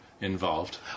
involved